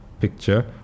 picture